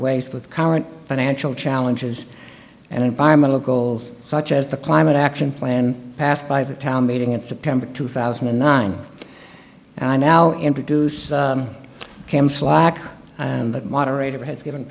waste with current financial challenges and environmental goals such as the climate action plan passed by the town meeting in september two thousand and nine and i now introduce him slack and the moderator has given